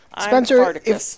Spencer